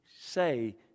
say